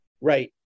Right